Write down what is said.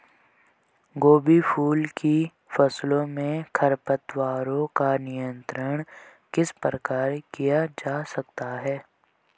गोभी फूल की फसलों में खरपतवारों का नियंत्रण किस प्रकार किया जा सकता है?